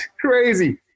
Crazy